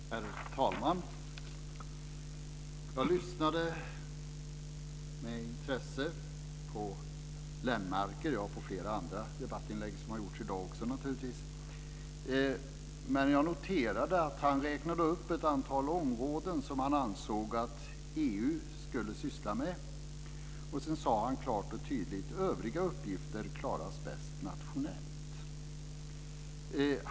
Herr talman! Jag har lyssnat med intresse på Lennmarker och på flera andra debattinlägg i dag. Jag noterade att Lennmarker räknade upp ett antal områden som han anser att EU ska syssla med. Han sade klart och tydligt att övriga uppgifter klaras bäst nationellt.